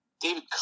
David